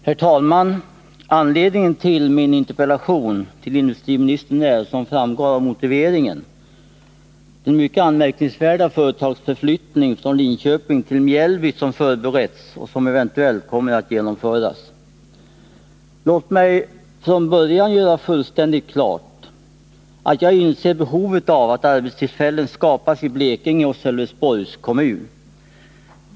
Herr talman! Anledningen till min interpellation till industriministern är — som framgår av motiveringen — den mycket anmärkningsvärda företagsförflyttning från Linköping till Mjällby som förberetts och som eventuellt kommer att genomföras. Låt mig från början göra fullständigt klart, att jag inser behovet av att arbetstillfällen skapas i Blekinge och inom Sölvesborgs kommun.